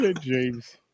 James